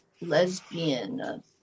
lesbian